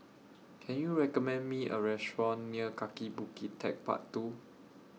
Can YOU recommend Me A Restaurant near Kaki Bukit Techpark two